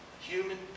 human